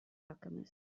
alchemist